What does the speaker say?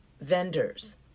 vendors